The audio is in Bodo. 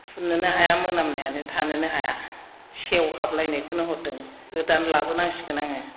फुननोनो हाया मोनामनायानो थानोनो हाया सेवहाबलायनायखौनो हरदों गोदान लाबोनांसिगोन आङो